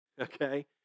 Okay